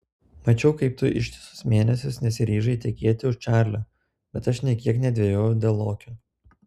mačiau kaip tu ištisus mėnesius nesiryžai tekėti už čarlio bet aš nė kiek nedvejojau dėl lokio